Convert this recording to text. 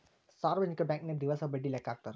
ಸಾರ್ವಜನಿಕ ಬಾಂಕನ್ಯಾಗ ದಿವಸ ಬಡ್ಡಿ ಲೆಕ್ಕಾ ಹಾಕ್ತಾರಾ